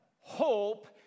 hope